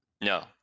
No